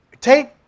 take